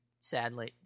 sadly